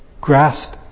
grasp